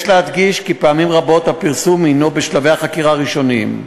יש להדגיש כי פעמים רבות הפרסום הוא בשלבי החקירה הראשוניים,